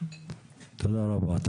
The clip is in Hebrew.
תודה רבה.